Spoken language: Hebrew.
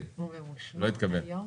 בעד.